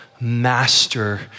Master